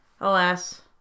alas